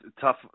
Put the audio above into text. tough